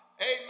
amen